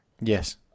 Yes